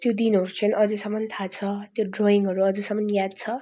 त्यो दिनहरू चाहिँ अझसम्म थाहा छ त्यो ड्रयिङहरू अझसम्म याद छ